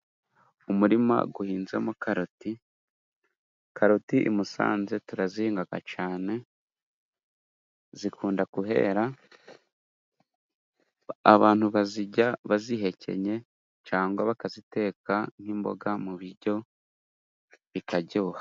Umurima guhinzemo karoti, karoti i Musanze turazihingaga cane. Zikunda ku hera abantu bazirya bazihekenye, cangwa bakaziteka nk'imboga mu biryo bikaryoha.